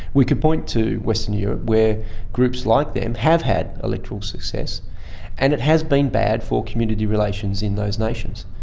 we could point to western europe where groups like them have had electoral success and it has been bad for community relations in those nations.